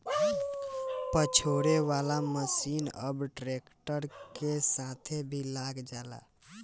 पछोरे वाला मशीन अब ट्रैक्टर के साथे भी लग जाला